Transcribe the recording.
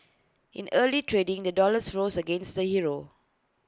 in early trading the dollar rose against the euro